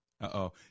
Uh-oh